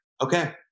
okay